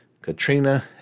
Katrina